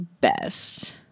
best